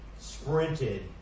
sprinted